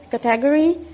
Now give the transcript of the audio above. category